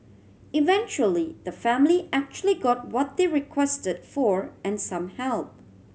eventually the family actually got what they requested for and some help